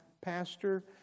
pastor